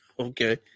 Okay